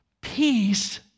Peace